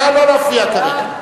נא לא להפריע כרגע.